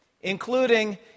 Including